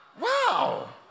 Wow